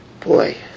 Boy